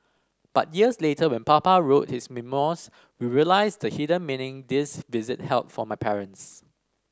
but years later when Papa wrote his memoirs we realised the hidden meaning this visit held for my parents